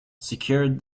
secured